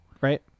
Right